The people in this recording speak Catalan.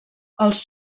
els